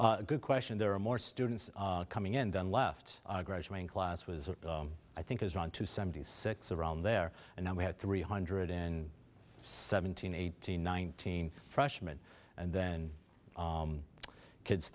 all good question there are more students coming in than left graduating class was i think is wrong to seventy six around there and now we have three hundred in seventeen eighteen nineteen freshman and then kids